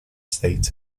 states